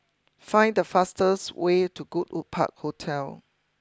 find the fastest way to Goodwood Park Hotel